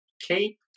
keep